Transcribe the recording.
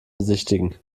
besichtigen